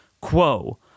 quo